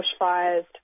bushfires